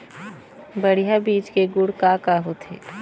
बढ़िया बीज के गुण का का होथे?